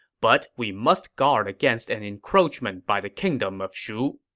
but we must guard against an encroachment by the kingdom of shu.